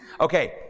Okay